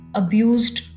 abused